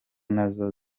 nazo